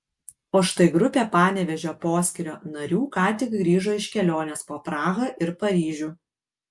o štai grupė panevėžio poskyrio narių ką tik grįžo iš kelionės po prahą ir paryžių